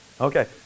okay